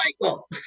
Michael